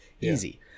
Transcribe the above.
Easy